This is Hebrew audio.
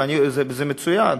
וזה מצוין.